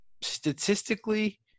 statistically